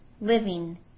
living